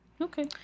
Okay